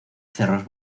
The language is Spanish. cerros